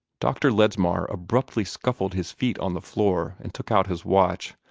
dr. ledsmar abruptly scuffled his feet on the floor, and took out his watch.